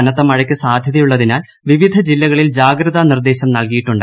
കനത്ത മഴയ്ക്ക് സാധ്യതയുള്ളത്തിനാൽ വിവിധ ജില്ലകളിൽ ജാഗ്രതാ നിർദ്ദേശം നല്കിയിട്ടുണ്ട്